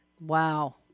Wow